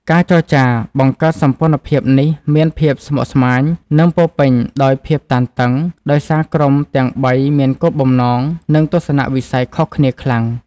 ការចរចាបង្កើតសម្ព័ន្ធភាពនេះមានភាពស្មុគស្មាញ និងពោរពេញដោយភាពតានតឹង ដោយសារក្រុមទាំងបីមានគោលបំណង និងទស្សនៈវិស័យខុសគ្នាខ្លាំង។